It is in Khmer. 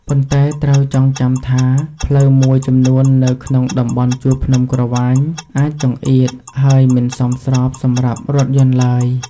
ប៉ុន្តែត្រូវចងចាំថា ផ្លូវមួយចំនួននៅក្នុងតំបន់ជួរភ្នំក្រវាញអាចចង្អៀត ហើយមិនសមស្របសម្រាប់រថយន្តឡើយ។